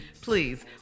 please